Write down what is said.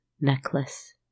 necklace